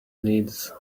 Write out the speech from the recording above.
needs